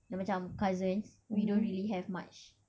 yang macam cousins we don't really have much